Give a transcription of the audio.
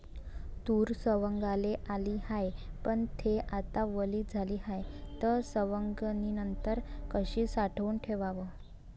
तूर सवंगाले आली हाये, पन थे आता वली झाली हाये, त सवंगनीनंतर कशी साठवून ठेवाव?